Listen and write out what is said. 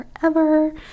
forever